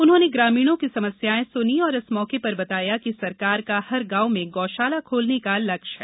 उन्होंने ग्रामीणों की समस्याएं सुनी और इस मौके पर बताया कि सरकार का हर गांव में गौशाला खोलने का लक्ष्य है